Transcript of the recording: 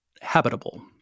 habitable